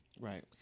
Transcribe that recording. Right